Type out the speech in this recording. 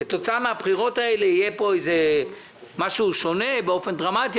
כתוצאה מהבחירות האלה יהיה פה איזה משהו שונה באופן דרמטי.